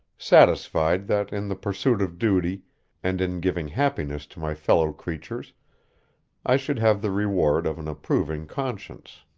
satisfied that in the pursuit of duty and in giving happiness to my fellow creatures i should have the reward of an approving conscience.